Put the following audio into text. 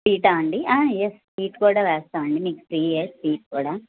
స్వీటా అండి yes sweet కూడా వేస్తాను అండి మీకు ఫ్రీయే స్వీట్ కూడా